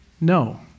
No